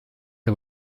der